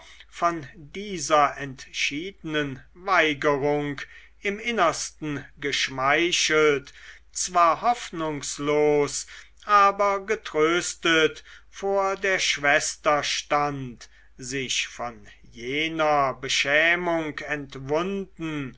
von dieser entschiedenen weigerung im innersten geschmeichelt zwar hoffnungslos aber getröstet vor der schwester stand sich von jener beschämung entwunden